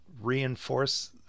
Reinforce